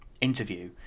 interview